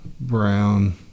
Brown